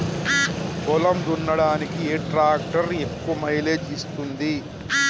పొలం దున్నడానికి ఏ ట్రాక్టర్ ఎక్కువ మైలేజ్ ఇస్తుంది?